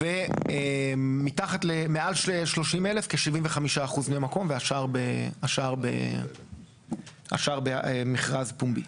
ומעל 30,000 כ-75% מהמקום, והשאר במכרז פומבי.